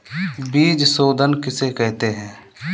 बीज शोधन किसे कहते हैं?